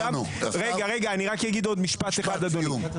אני רק אגיד עוד משפט אחד אדוני.